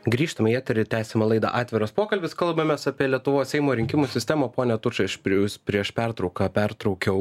grįžtam į eterį tęsiame laidą atviras pokalbis kalbamės apie lietuvos seimo rinkimų sistemą pone tučai aš prie jūsų prieš pertrauką pertraukiau